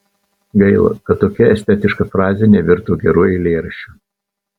gaila kad tokia estetiška frazė nevirto geru eilėraščiu